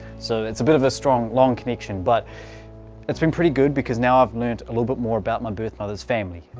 so it's a bit of a strong long connection but it's been pretty good because now i've learnt a little bit more about my birth mothers family.